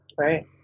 Right